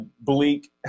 bleak